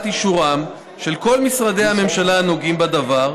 אישורם של כל משרדי הממשלה הנוגעים בדבר,